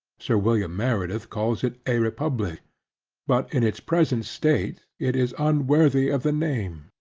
sir william meredith calls it a republic but in its present state it is unworthy of the name,